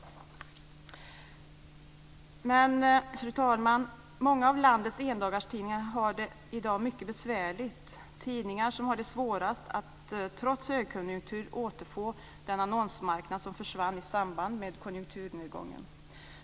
Men, fru talman, många av landets endagstidningar har det i dag mycket besvärligt. Det är de tidningarna som har det svårast att trots högkonjunkturen återfå den annonsmarknad som försvann i samband med konjunkturnedgången.